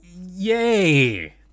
Yay